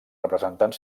representant